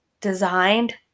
designed